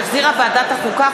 שהחזירה ועדת החוקה,